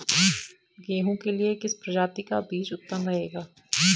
गेहूँ के लिए किस प्रजाति का बीज उत्तम रहेगा?